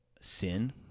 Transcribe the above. sin